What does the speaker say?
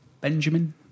Benjamin